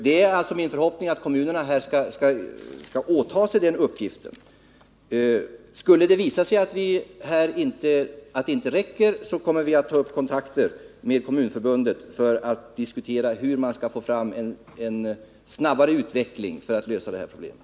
Det är min förhoppning att kommunerna skall ta på sig den uppgiften. Skulle det visa sig att planeringen går för långsamt kommer vi att ta kontakt med Kommunförbundet för att diskutera hur man skall få en snabbare utveckling för att lösa problemet.